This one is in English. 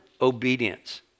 obedience